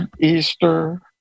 Easter